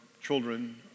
children